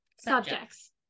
subjects